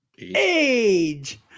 age